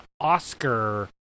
Oscar